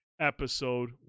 episode